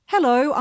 Hello